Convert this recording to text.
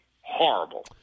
horrible